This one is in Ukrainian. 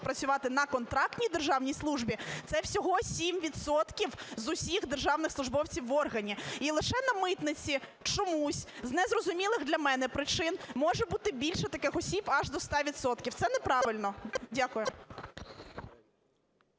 працювати на контрактній державній службі, – це всього 7 відсотків з усіх державних службовців в органі. І лише на митниці чомусь, з незрозумілих для мене причин може бути більше таких осіб аж до 100 відсотків. Це неправильно. Дякую.